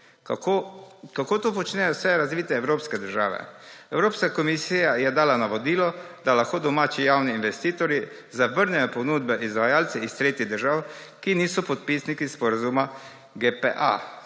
Kako to počnejo vse razvite evropske države? Evropska komisija je dala navodila, da lahko domači javni investitorji zavrnejo ponudbe izvajalcev iz tretjih držav, ki niso podpisniki sporazuma GPA,